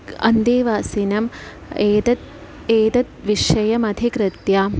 अन्तेवासिनम् एतत् एतत् विषयम् अधिकृत्य